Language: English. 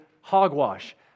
hogwash